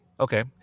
Okay